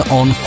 on